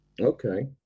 Okay